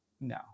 no